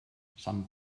sant